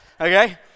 okay